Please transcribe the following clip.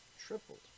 tripled